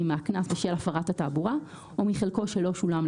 מהקנס בשל הפרת התעבורה או מחלקו שלא שולם,